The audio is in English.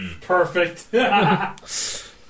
Perfect